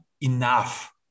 enough